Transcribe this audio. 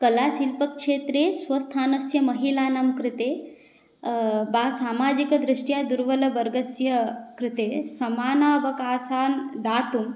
कलाशिल्पक्षेत्रे स्वस्थानस्य महिलानां कृते वा सामाजिकदृष्ट्या दुर्बल वर्गस्य कृते समानावकाशान् दातुं